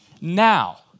now